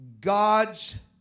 God's